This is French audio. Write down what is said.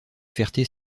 ferté